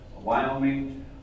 Wyoming